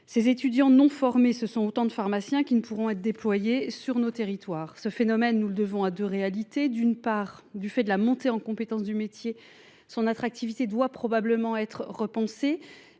Ces étudiants non formés sont autant de pharmaciens qui ne pourront être déployés dans nos territoires. Ce phénomène est dû à deux réalités. D’une part, du fait de la montée en compétences du métier, son attractivité doit probablement être repensée.